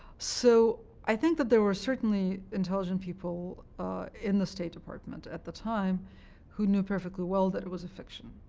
so i think that there were certainly intelligent people in the state department at the time who knew perfectly well that it was a fiction,